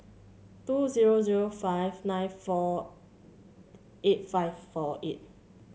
two zero zero five nine four eight five four eight